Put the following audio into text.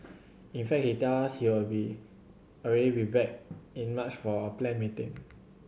in fact he tell us he'll be already be back in March for a planned meeting